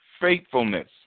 faithfulness